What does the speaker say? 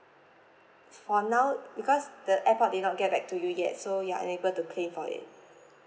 for now because the airport they not get back to you yet so you are unable to claim for it